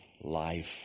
life